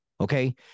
okay